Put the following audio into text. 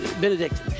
Benedict